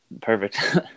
perfect